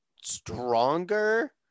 Stronger